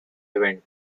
event